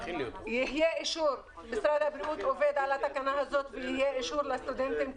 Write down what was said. יהיה אישור משרד הבריאות עובד על התקנה הזאת ויהיה אישור לסטודנטים,